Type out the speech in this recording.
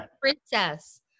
Princess